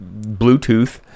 Bluetooth